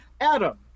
Adam